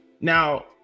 Now